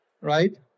right